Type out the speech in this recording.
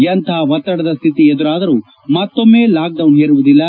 ಎಂತಹ ಒತ್ತಡದ ಸ್ನಿತಿ ಎದುರಾದರೂ ಮತ್ತೊಮ್ನೆ ಲಾಕ್ಡೌನ್ ಹೇರುವುದಿಲ್ಲ